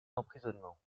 d’emprisonnement